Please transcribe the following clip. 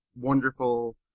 wonderful